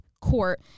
court